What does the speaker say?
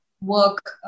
work